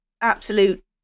absolute